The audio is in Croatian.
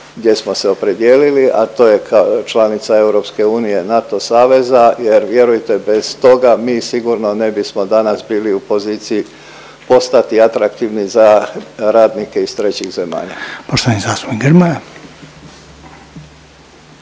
gdje smo se opredijelili, a to je kao članica EU, NATO saveza, jer vjerujte bez toga mi sigurno ne bismo danas bili u poziciji postati atraktivni za radnike iz trećih zemalja.